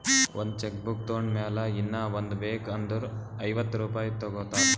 ಒಂದ್ cheque book ತೊಂಡ್ ಮ್ಯಾಲ ಇನ್ನಾ ಒಂದ್ ಬೇಕ್ ಅಂದುರ್ ಐವತ್ತ ರುಪಾಯಿ ತಗೋತಾರ್